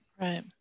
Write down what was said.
Right